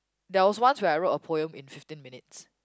there was once when I wrote a poem in fifteen minutes